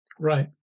Right